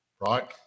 right